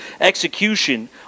execution